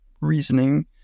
reasoning